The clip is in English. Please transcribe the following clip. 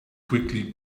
quickly